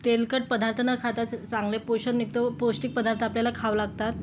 तेलकट पदार्थ न खाताच चांगले पोषण निघतो पौष्टिक पदार्थ आपल्याला खावं लागतात